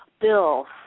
Bill